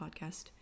podcast